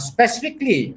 Specifically